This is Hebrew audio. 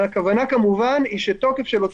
אבל הכוונה כמובן היא שתוקף של אותו